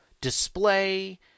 display